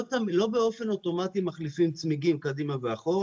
לא באופן אוטומטי מחליפים צמיגים קדימה ואחורה.